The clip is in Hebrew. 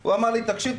הוא אמר לי 'תקשיב,